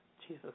Jesus